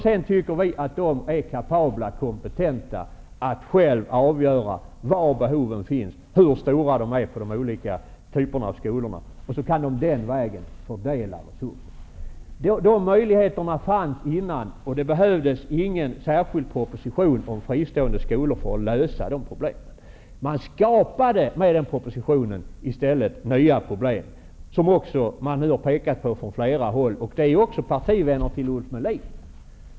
Sedan anser vi att kommunerna är kapabla att själva avgöra var behoven finns och hur stora de är på de olika typerna av skolor. Dessa möjligheter fanns redan tidigare. Det behövdes inte någon särskild proposition för fristående skolor för att lösa dessa problem. Med den propositionen skapade man i stället nya problem, som nu påpekats från flera håll, även av partivänner till Ulf Melin.